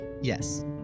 Yes